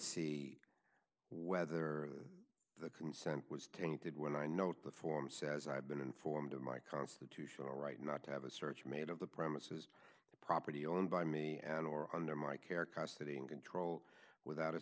see whether the consent was tainted when i note the form says i've been informed of my constitutional right not to have a search made of the premises the property owned by me and or under my care custody and control without a